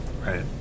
Right